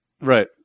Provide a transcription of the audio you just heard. Right